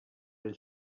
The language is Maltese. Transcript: lil